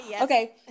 Okay